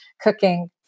cooking